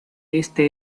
este